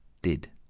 did.